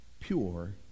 pure